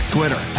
Twitter